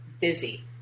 busy